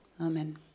Amen